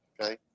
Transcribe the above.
okay